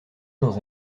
dans